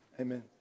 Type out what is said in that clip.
Amen